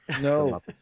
No